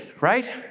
Right